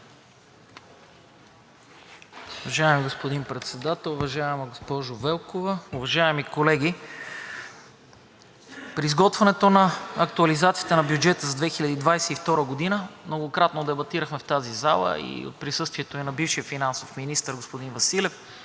Уважаеми господин Председател, уважаема госпожо Велкова, уважаеми колеги! При изготвянето на актуализацията на бюджета за 2022 г. многократно дебатирахме в тази зала и в присъствието на бившия финансов министър господин Василев,